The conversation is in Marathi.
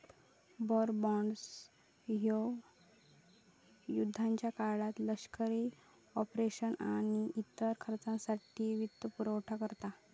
वॉर बॉण्ड्स ह्यो युद्धाच्या काळात लष्करी ऑपरेशन्स आणि इतर खर्चासाठी वित्तपुरवठा करता